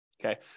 Okay